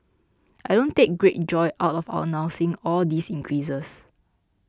I don't take great joy out of announcing all these increases